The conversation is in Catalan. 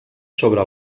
sobre